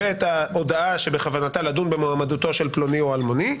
ואת ההודעה שבכוונתה לדון במועמדותו של פלוני או אלמוני,